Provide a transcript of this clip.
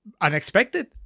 unexpected